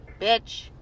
Bitch